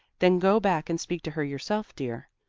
then go back and speak to her yourself, dear.